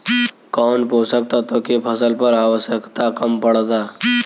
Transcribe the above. कौन पोषक तत्व के फसल पर आवशयक्ता कम पड़ता?